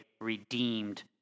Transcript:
redeemed